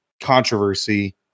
controversy